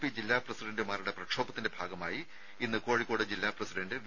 P ജില്ലാ പ്രസിഡന്റുമാരുടെ പ്രക്ഷോഭത്തിന്റെ ഭാഗമായി ഇന്ന് കോഴിക്കോട് ജില്ലാ പ്രസിഡന്റ് വി